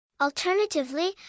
Alternatively